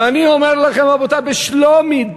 ואני אומר לכם, רבותי, דירה בשלומי,